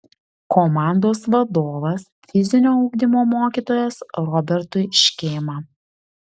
komandos vadovas fizinio ugdymo mokytojas robertui škėma